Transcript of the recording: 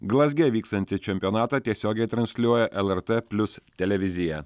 glazge vykstantį čempionatą tiesiogiai transliuoja lrt plius televizija